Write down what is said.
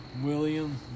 William